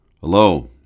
Hello